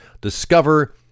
discover